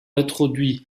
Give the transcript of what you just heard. introduit